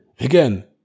Again